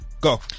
Go